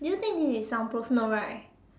do you think this is soundproof no right